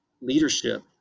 leadership